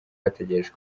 bategereje